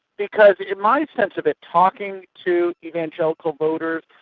because in my sense of it talking to evangelical voters,